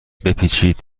بپیچید